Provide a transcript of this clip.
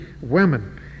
women